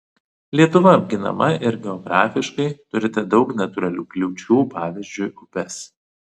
lietuva apginama ir geografiškai turite daug natūralių kliūčių pavyzdžiui upes